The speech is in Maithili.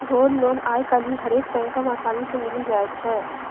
गोल्ड लोन आइ काल्हि हरेक बैको मे असानी से मिलि जाय छै